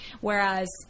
Whereas